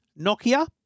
Nokia